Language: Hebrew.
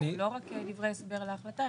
לא רק דברי הסבר להחלטה,